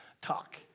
talk